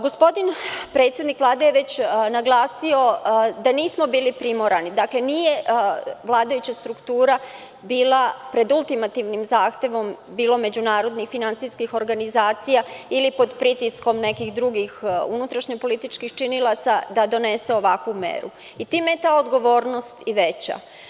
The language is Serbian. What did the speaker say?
Gospodin predsednik Vlade je već naglasio da nismo bili primorani, nije vladajuća struktura bila pred ultimativnim zahtevom, bilo međunarodnih finansijskih organizacija ili pod pritiskom nekih drugih unutrašnjo-političkih činilaca da donesu ovakvu meru i time je ta odgovornost i veća.